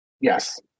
Yes